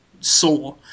saw